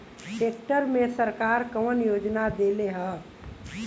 Tractor मे सरकार कवन योजना देले हैं?